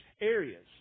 areas